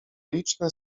liczne